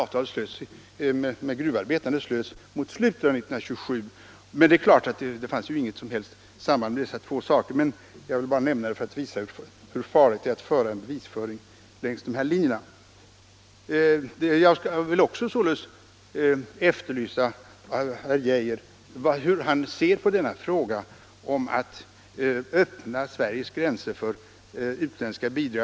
Avtalet med gruvarbetarna slöts mot slutet av 1927. Det är klart att det inte fanns något som helst samband mellan dessa två händelser, men jag ville bara nämna dem för att visa hur farligt det är att föra en bevisning längs sådana linjer. Jag vill således också efterlysa hur herr Geijer ser på denna fråga om att öppna Sveriges gränser för utländska bidrag.